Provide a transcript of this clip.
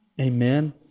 Amen